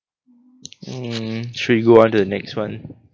mm should we go on to the next one